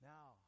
Now